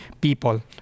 people